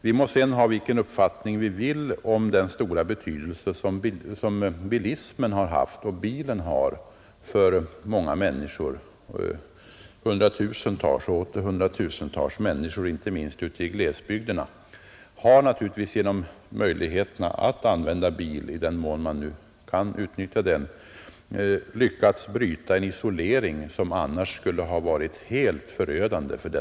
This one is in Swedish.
Vi må ha vilken uppfattning vi vill om den stora betydelse som bilismen har fått för hundratusentals och åter hundratusentals människor, inte minst i glesbygderna. Genom möjligheten att använda bil har dessa människor — i den mån de kan utnyttja den — lyckats bryta en isolering, som annars skulle ha varit helt förödande för dem.